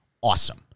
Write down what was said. awesome